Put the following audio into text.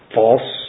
false